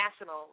national